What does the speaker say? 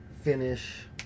finish